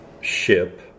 ship